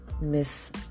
Miss